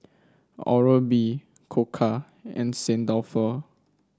Oral B Koka and Sanit Dalfour